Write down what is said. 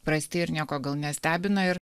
prasti ir nieko gal nestebina ir